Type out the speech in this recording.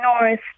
north